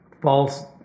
false